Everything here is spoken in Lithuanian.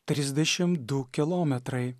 trisdešim du kilometrai